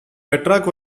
petrarch